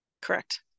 correct